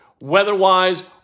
Weather-wise